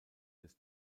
des